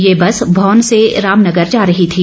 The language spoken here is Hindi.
ये बस भौन से रामनगर जा रही थी